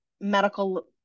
medical